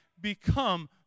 become